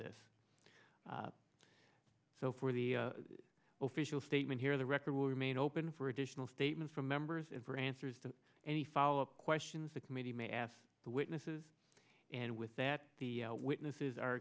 this so for the official statement here the record will remain open for additional statements from members and for answers to any follow up questions the committee may ask the witnesses and with that the witnesses